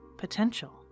potential